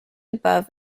above